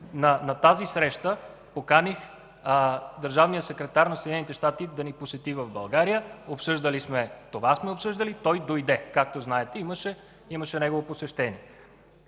на тази среща поканих държавния секретар на Съединените щати да ни посети в България. Това сме обсъждали. Той дойде, както знаете. Имаше негово посещение.